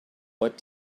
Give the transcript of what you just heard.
what